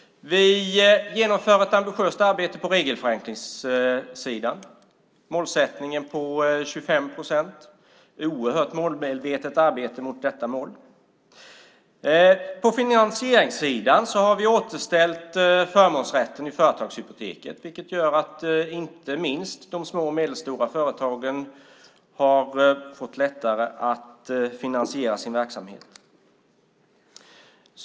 Vi genomför ett ambitiöst arbete på regelförenklingssidan. Vi har en målsättning på 25 procent. Det är ett oerhört målmedvetet arbete mot det målet. På finansieringssidan har vi återställt förmånsrätten i företagshypoteket, vilket gör att inte minst de små och medelstora företagen har fått lättare att finansiera sin verksamhet.